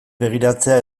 begiratzea